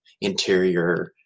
interior